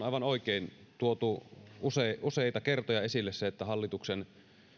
aivan oikein tuotu useita kertoja esille se että hallituksen